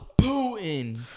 Putin